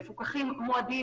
לגבי מפוקחים מועדים,